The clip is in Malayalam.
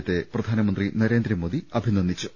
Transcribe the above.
യത്തെ പ്രധാനമന്ത്രി നരേന്ദ്രമോദി അഭിനന്ദിച്ചു